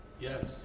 Yes